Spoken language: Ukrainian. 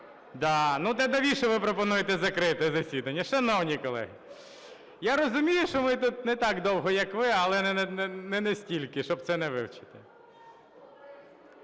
Так навіщо ви пропонуєте закрити засідання, шановні колеги? Я розумію, що ми тут не так довго, як ви, але не настільки, щоб це не вивчити.